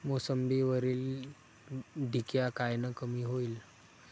मोसंबीवरील डिक्या कायनं कमी होईल?